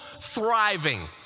thriving